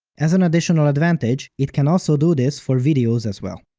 as an additional advantage it can also do this for videos as well.